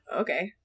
okay